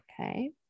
Okay